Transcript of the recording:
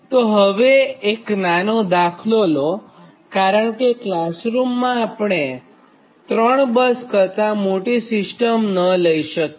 તોહવે એક નાનો દાખલો લો કારણ કે ક્લાસરૂમમાં આપણે ૩બસ કરતાં મોટી સિસ્ટમ ન લઈ શકીએ